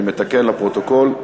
אני מתקן לפרוטוקול.